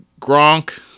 Gronk